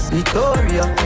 Victoria